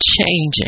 changing